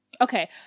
okay